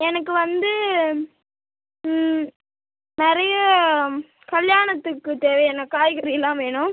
எனக்கு வந்து நிறைய கல்யாணத்துத் தேவையான காய்கறிலாம் வேணும்